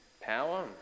power